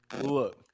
Look